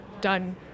done